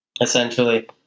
essentially